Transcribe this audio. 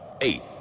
eight